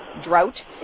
drought